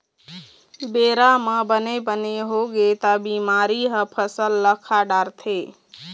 बेरा म बने बने होगे त बिमारी ह फसल ल खा डारथे